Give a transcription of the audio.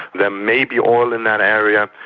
there may be oil in that area.